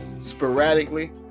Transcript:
Sporadically